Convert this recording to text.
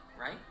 right